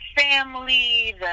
family